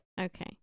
Okay